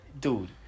Dude